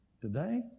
today